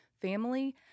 family